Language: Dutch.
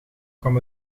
kwam